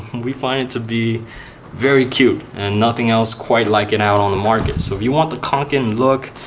we find it to be very cute and nothing else quite like it out on the market so if you want the kanken look,